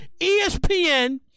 ESPN